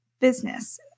business